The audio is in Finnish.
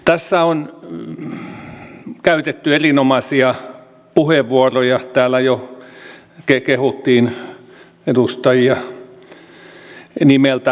tässä on käytetty erinomaisia puheenvuoroja täällä jo kehuttiin edustajia nimeltä mainiten